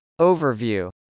Overview